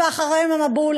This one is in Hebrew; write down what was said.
ואחריהם המבול.